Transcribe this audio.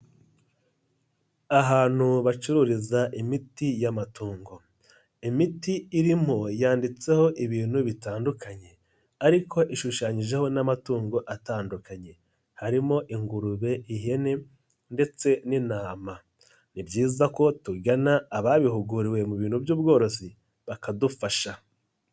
Ahantu bacururiza imiti y'amatongo. Imiti irimo yanditseho ibintu bitandukanye ariko ishushanyijeho n'amatungo atandukanye. Harimo ingurube ihene ndetse n'intama. Ni byiza ko tugana ababihuguriwe mu bintu by'ubworozi bakadufasha.